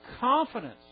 confidence